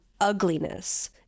ugliness